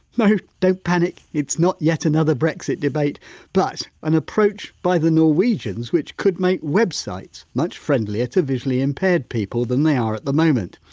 no, don't panic, it's not yet another brexit debate but an approach by the norwegians which could make websites much friendlier to visually impaired people than they are at the moment.